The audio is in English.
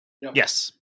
Yes